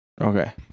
Okay